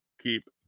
keep